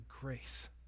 grace